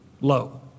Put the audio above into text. low